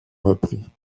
reprit